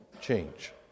change